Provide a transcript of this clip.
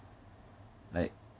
like